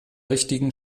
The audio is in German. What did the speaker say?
richtigen